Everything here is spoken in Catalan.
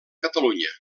catalunya